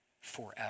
forever